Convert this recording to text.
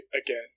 again